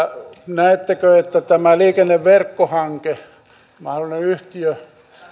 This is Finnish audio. näettekö että tämä liikenneverkkohanke mahdollinen yhtiö